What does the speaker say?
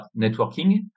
networking